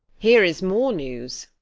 here is more news.